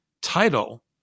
title